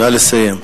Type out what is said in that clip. נא לסיים.